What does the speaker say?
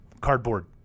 cardboard